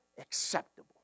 acceptable